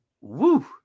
Woo